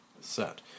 set